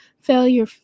failure